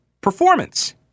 performance